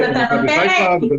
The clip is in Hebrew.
מכבי חיפה.